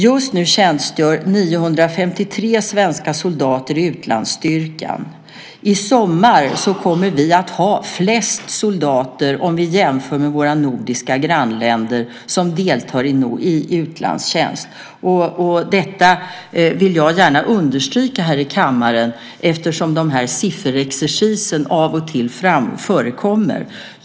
Just nu tjänstgör 953 svenska soldater i utlandsstyrkan. I sommar kommer vi att ha flest soldater, jämfört med våra nordiska grannländer, som deltar i utlandstjänst. Jag vill gärna understryka detta här i kammaren eftersom den här sifferexercisen av och till förekommer.